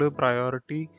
priority